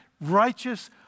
righteous